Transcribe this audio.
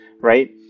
right